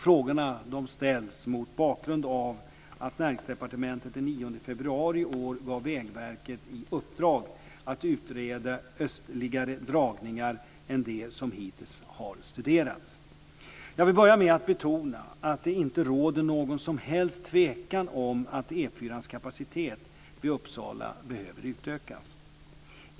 Frågorna ställs mot bakgrund av att Näringsdepartementet den 9 februari i år gav Vägverket i uppdrag att utreda östligare dragningar än de som hittills har studerats. Jag vill börja med att betona att det inte råder någon som helst tvekan om att E 4:ans kapacitet vid Uppsala behöver utökas.